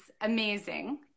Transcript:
amazing